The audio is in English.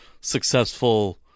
successful